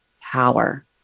power